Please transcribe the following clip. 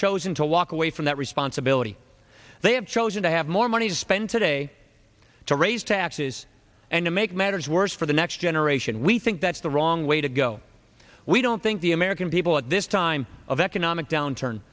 chosen to walk away from that responsibility they have chosen to have more money to spend today to raise taxes and to make matters worse for the next generation we think that's the wrong way to go we don't think the american people at this time of economic downturn